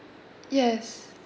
yes